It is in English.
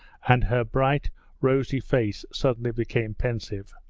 and her bright rosy face suddenly became pensive.